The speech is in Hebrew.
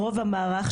שרוב המערך,